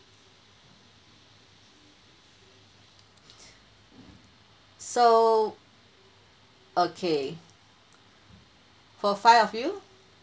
so okay for five of you